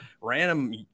random